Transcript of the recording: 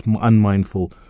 unmindful